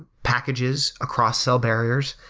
packages across cell barriers.